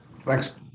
Thanks